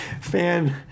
Fan